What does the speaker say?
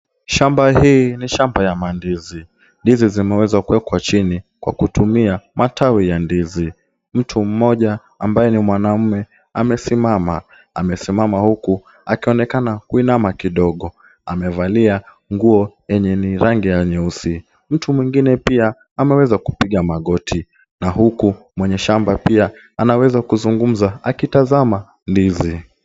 Shamba hii ni shamba ya mandizi. Ndizi zimeweza kuwekwa chini kwa kutumia matawi ya ndizi. Mtu mmoja ambaye ni mwanaume amesimama. Amesimama huku akionekana kuinama kidogo. Amevalia nguo yenye ni rangi ya nyeusi. Mtu mwingine pia ameweza kupiga magoti na huku mwenye shamba pia anaweza kuzungumza akitazama ndizi.